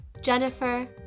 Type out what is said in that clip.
Jennifer